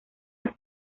las